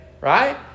Right